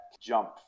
jump